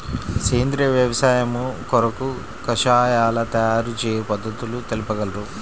సేంద్రియ వ్యవసాయము కొరకు కషాయాల తయారు చేయు పద్ధతులు తెలుపగలరు?